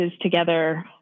together